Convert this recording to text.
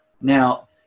now